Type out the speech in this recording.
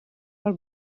her